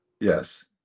Yes